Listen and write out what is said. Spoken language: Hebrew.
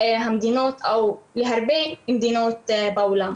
להרבה מדינות בעולם.